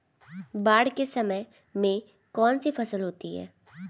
बाढ़ के समय में कौन सी फसल होती है?